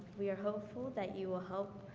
we are hopeful that you will help